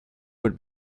would